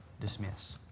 dismiss